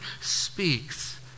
speaks